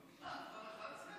מה, כבר 11?